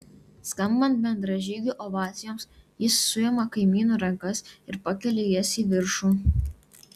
skambant bendražygių ovacijoms jis suima kaimynų rankas ir pakelia jas į viršų